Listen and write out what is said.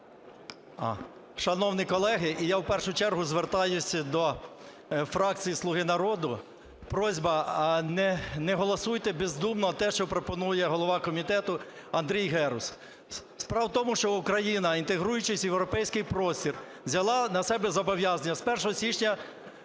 Шановні колеги, я в першу чергу звертаюсь до фракції "Слуга народу". Просьба: не голосуйте бездумно те, що пропонує голова комітету Андрій Герус. Справа в тому, що Україна, інтегруючись в європейський простір, взяла на себе зобов'язання з 1 січня